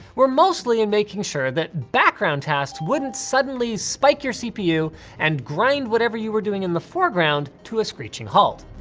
were mostly in making sure that background tasks wouldn't suddenly spike your cpu and grind whatever you were doing in the foreground to a screeching halt.